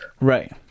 Right